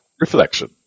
Reflection